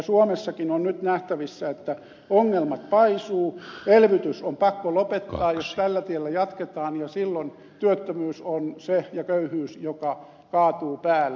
suomessakin on nyt nähtävissä että ongelmat paisuvat elvytys on pakko lopettaa jos tällä tiellä jatketaan ja silloin työttömyys ja köyhyys on se joka kaatuu päälle